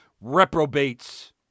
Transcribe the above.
reprobates